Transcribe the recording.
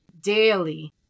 daily